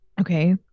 okay